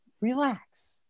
Relax